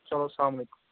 چلو سلام علیکُم